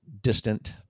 distant